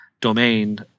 Domain